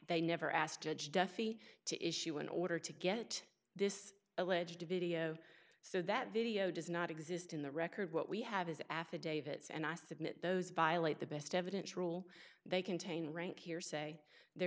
duffy to issue an order to get this alleged video so that video does not exist in the record what we have is affidavits and i submit those violate the best evidence rule they contain rank hearsay they're